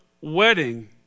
wedding